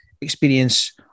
experience